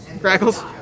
Crackles